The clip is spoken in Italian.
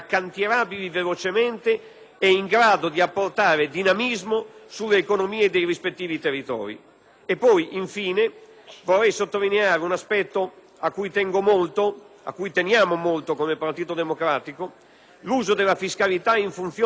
e in grado di apportare dinamismo alle economie dei rispettivi territori. Infine, vorrei sottolineare un aspetto a cui teniamo molto come Partito Democratico: l'uso della fiscalità in funzione di sollecitazione di interventi